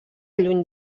lluny